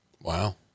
Wow